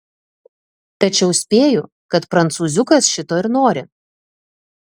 tačiau spėju kad prancūziukas šito ir nori